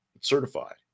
certified